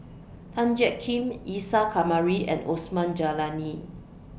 Tan Jiak Kim Isa Kamari and Osman Zailani